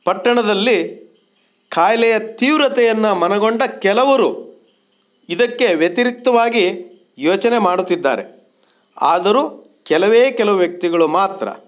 ಪಟ್ಟಣದಲ್ಲಿ ಖಾಯಿಲೆಯ ತೀವ್ರತೆಯನ್ನು ಮನಗೊಂಡ ಕೆಲವರು ಇದಕ್ಕೆ ವ್ಯತಿರಿಕ್ತವಾಗಿ ಯೋಚನೆ ಮಾಡುತ್ತಿದ್ದಾರೆ ಆದರೂ ಕೆಲವೇ ಕೆಲವು ವ್ಯಕ್ತಿಗಳು ಮಾತ್ರ